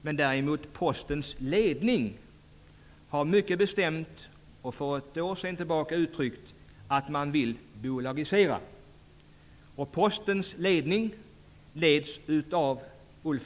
Men däremot har Postens ledning mycket bestämt för ett år sedan tillbaka uttryckt att man vill bolagisera. Postens ledning leds av Ulf